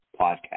podcast